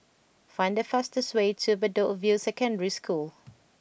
find the fastest way to Bedok View Secondary School